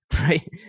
right